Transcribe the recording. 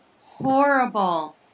horrible